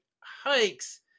hikes